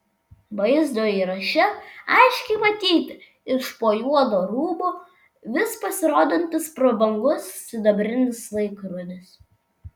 vaizdo įraše aiškiai matyti iš po juodo rūbo vis pasirodantis prabangus sidabrinis laikrodis